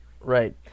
right